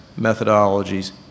methodologies